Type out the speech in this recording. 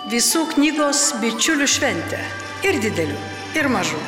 visų knygos bičiulių šventė ir didelių ir mažų